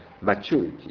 maturity